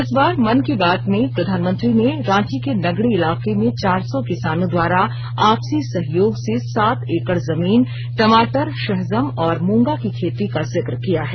इस बार मन की बात में प्रधानमंत्री ने रांची के नगड़ी इलाके में चार सौ किसानों द्वारा आपसी सहयोग से सात एकड़ जमीन टमाटर शहजम और मूंगा की खेती का जिक्र किया है